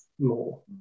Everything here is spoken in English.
more